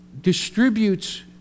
distributes